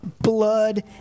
Blood